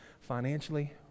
financially